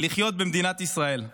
לחיות במדינת ישראל.